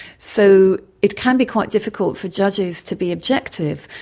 so it can be quite difficult for judges to be objective.